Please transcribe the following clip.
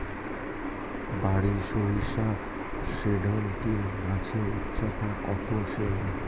বারি সরিষা সেভেনটিন গাছের উচ্চতা কত সেমি?